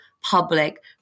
public